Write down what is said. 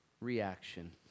reaction